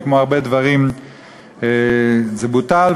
וכמו הרבה דברים זה בוטל,